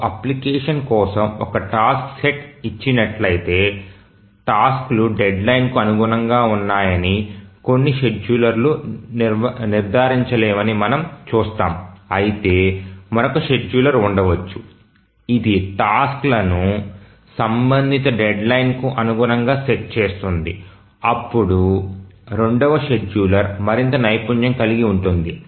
ఒక అప్లికేషన్ కోసం ఒక టాస్క్ సెట్ ఇచ్చినట్లయితే టాస్క్లు డెడ్ లైన్ కు అనుగుణంగా ఉన్నాయని కొన్ని షెడ్యూలర్ లు నిర్ధారించలేవని మనము చూస్తాము అయితే మరొక షెడ్యూలర్ ఉండవచ్చు ఇది టాస్క్ లను సంబంధిత డెడ్లైన్కు అనుగుణంగా సెట్ చేస్తోంది అప్పుడు రెండవ షెడ్యూలర్ మరింత నైపుణ్యం కలిగి ఉంటుంది